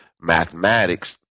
mathematics